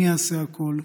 אני אעשה הכול,